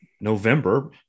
November